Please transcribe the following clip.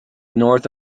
north